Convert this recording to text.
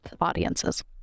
audiences